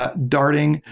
ah darting.